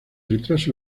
retraso